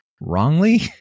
wrongly